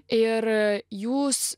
ir jūs